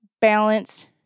balance